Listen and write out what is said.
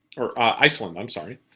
er, iceland, i'm sorry.